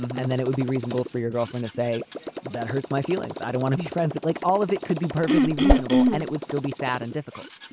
and then it would be reasonable for your girlfriend to say that hurts my feelings. i don't want to be friends. like all of it could be perfectly reasonable and it would still be sad and difficult.